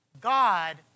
God